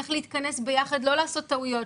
צריך להתכנס ביחד, לא לעשות טעויות.